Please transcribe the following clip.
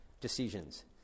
decisions